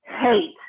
hate